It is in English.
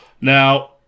Now